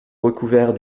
recouverts